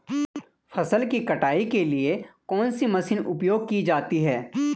फसल की कटाई के लिए कौन सी मशीन उपयोग की जाती है?